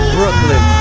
Brooklyn